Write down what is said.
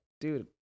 dude